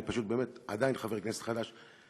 אני פשוט באמת עדיין חבר כנסת חדש,